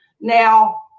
Now